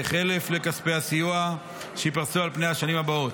כחלף לכספי הסיוע, שייפרסו על פני השנים הבאות.